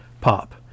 pop